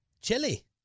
Chili